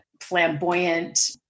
flamboyant